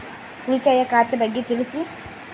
ಉಳಿತಾಯ ಖಾತೆ ಬಗ್ಗೆ ತಿಳಿಸಿ?